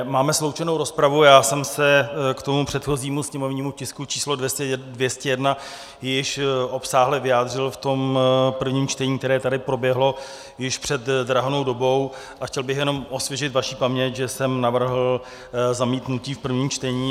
Máme sloučenou rozpravu a já jsem se k tomu předchozímu sněmovnímu tisku číslo 201 již obsáhle vyjádřil v tom prvním čtení, které tady proběhlo již před drahnou dobou, a chtěl bych jenom osvěžit vaši paměť, že jsem navrhl zamítnutí v prvním čtení.